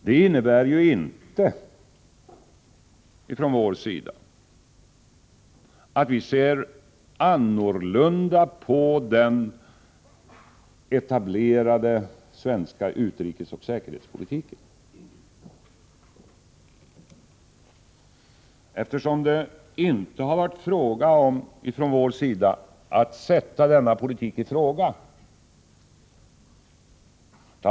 Det innebär ju inte att vi från vår sida ser annorlunda på den etablerade svenska utrikesoch säkerhetspolitiken, eftersom det inte har varit fråga om att från vår sida sätta denna politik i fråga.